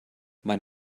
mein